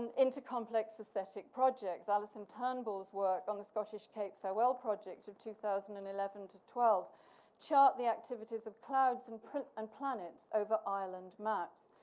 and into complex aesthetic projects. alison turnbull's work on the scottish cape farewell project of two thousand and eleven to twelve chart the activities of clouds and and planets over ireland maps.